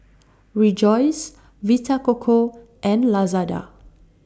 Rejoice Vita Coco and Lazada